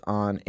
on